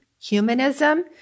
humanism